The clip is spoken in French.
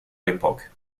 l’époque